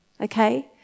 okay